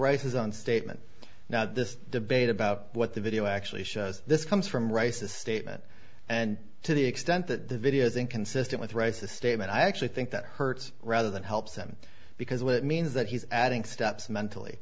rice's own statement now this debate about what the video actually shows this comes from rice's statement and to the extent that the video is inconsistent with reisa statement i actually think that hurts rather than helps him because it means that he's adding steps mentally